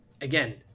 again